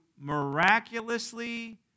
miraculously